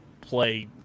play